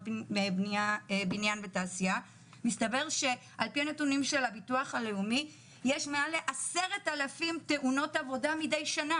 בניין ותעשיה מסתבר שיש מעל ל-10,000 תאונות עבודה מידי שנה.